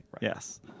Yes